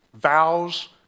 vows